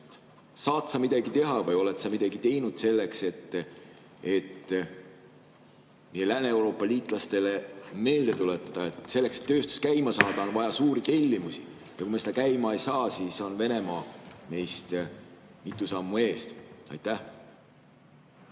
Saad sa midagi teha või oled sa midagi teinud selleks, et meie Lääne-Euroopa liitlastele meelde tuletada, et selleks, et tööstus käima saada, on vaja suuri tellimusi, ja kui me seda käima ei saa, siis on Venemaa meist mitu sammu ees? Austatud